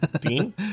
Dean